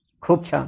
खूप छान